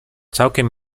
całkiem